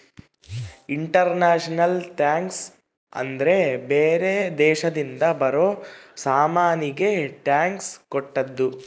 international tax ಅಂದ್ರ ಬೇರೆ ದೇಶದಿಂದ ಬರೋ ಸಾಮಾನಿಗೆ ಟ್ಯಾಕ್ಸ್ ಕಟ್ಟೋದು